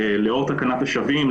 לאור תקנת השבים,